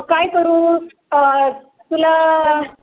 मग काय करू तुला